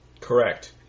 Correct